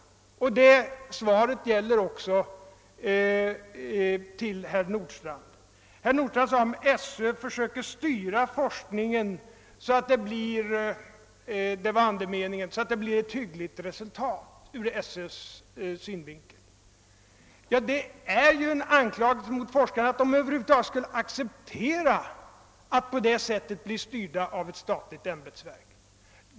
Detta mitt svar gäller också herr Nordstrandh. Då herr Nordstrandh sade att om SÖ försöker styra forskningen så att det blir ett hyggligt resultat ur SÖ:s synvinkel, så är detta en anklagelse mot forskarna att dessa över huvud taget skulle acceptera att på det sättet bli styrda av ett statligt ämbetsverk.